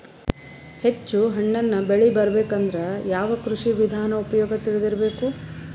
ಹೆಚ್ಚು ಹಣ್ಣನ್ನ ಬೆಳಿ ಬರಬೇಕು ಅಂದ್ರ ಯಾವ ಕೃಷಿ ವಿಧಾನ ಉಪಯೋಗ ತಿಳಿದಿರಬೇಕು?